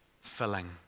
filling